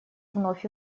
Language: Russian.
вновь